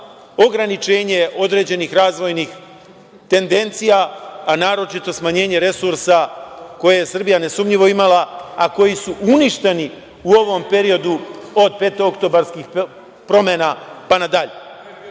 ograničenje određenih razvojnih tendencija, a naročito smanjenje resursa koje je Srbija nesumnjivo imala, a koji su uništeni u ovom periodu od petooktobarskih promena pa nadalje. Ono